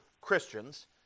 Christians